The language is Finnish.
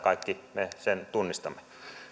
kaikki me sen tunnistamme